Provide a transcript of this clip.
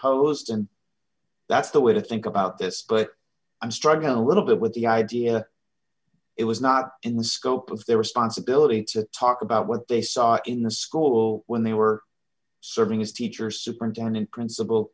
host and that's the way to think about this but i'm struggling a little bit with the idea it was not in the scope of their responsibility to talk about what they saw in the school when they were serving as teacher superintendent princip